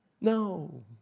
no